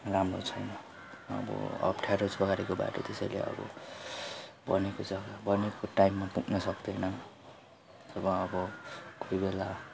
राम्रो छैन अब अप्ठ्यारो छ गाडीको बाटो त्यसैले अब भनेको जग्गा भनेको टाइममा पुग्न सक्दैन र अब कोही बेला